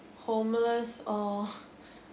homeless or